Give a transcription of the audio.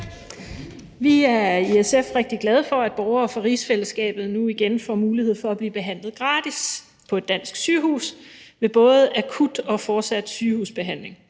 Vi er i SF rigtig glade for, at borgere fra rigsfællesskabet nu igen får mulighed for at blive behandlet gratis på et dansk sygehus ved både akut og fortsat sygehusbehandling.